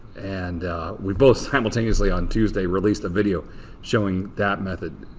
and we both simultaneously on tuesday released a video showing that method.